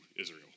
Israel